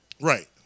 Right